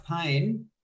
pain